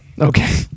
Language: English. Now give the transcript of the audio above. Okay